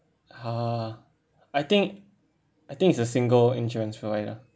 uh I think I think it's a single insurance provider